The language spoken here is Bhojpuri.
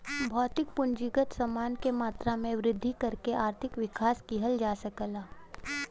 भौतिक पूंजीगत समान के मात्रा में वृद्धि करके आर्थिक विकास किहल जा सकला